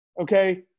okay